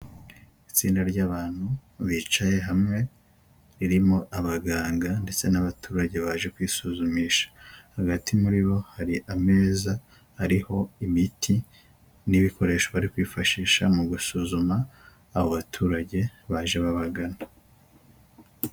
Itsinda ry'abantu bicaye hamwe, ririmo abaganga ndetse n'abaturage baje kwisuzumisha, hagati muri bo hari ameza ariho imiti n'ibikoresho bari kwifashisha, mu gusuzuma abo baturage baje babagana.